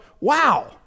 wow